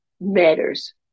matters